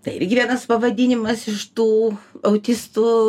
tai ir vienas pavadinimas iš tų autistų